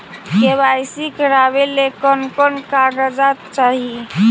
KYC करावे ले कोन कोन कागजात चाही?